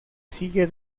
sigue